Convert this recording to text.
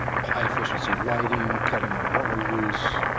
high efficiency lighting, cutting our water use,